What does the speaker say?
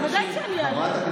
הבנת,